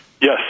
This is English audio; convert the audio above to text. Yes